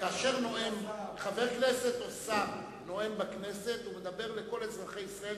כאשר חבר כנסת או שר נואם בכנסת הוא מדבר לכל אזרחי ישראל,